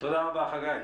תודה רבה, חגי.